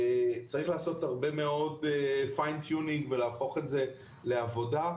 צריך לעשות הרבה מאוד פיין טיונינג ולהפוך את זה לעבודה.